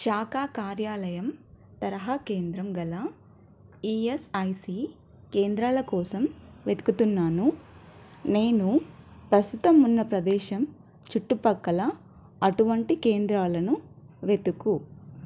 శాఖా కార్యాలయం తరహా కేంద్రం గల ఈయస్ఐసి కేంద్రాల కోసం వెతుకుతున్నాను నేను ప్రస్తుతం ఉన్న ప్రదేశం చుట్టుపక్కల అటువంటి కేంద్రాలను వెతుకు